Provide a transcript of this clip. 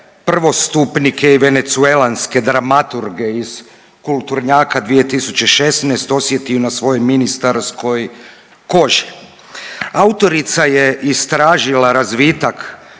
prvostupnike i venecuelanske dramaturge iz kulturnjaka 2016. osjetio na svojoj ministarskoj koži. Autorica je istražila razvitak